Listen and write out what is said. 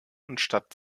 anstatt